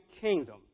kingdom